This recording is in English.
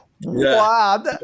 wow